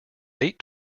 eight